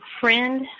friend